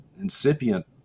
incipient